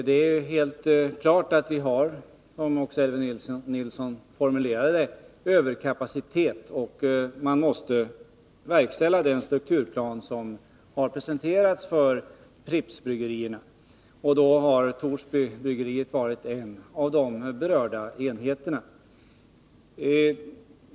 Det är helt klart att vi har, som Elvy Nilsson också formulerade det, överkapacitet, och man måste verkställa den strukturplan som har presenterats för Prippsbryggerierna, och då har Torsbybryggeriet varit en av de berörda enheterna.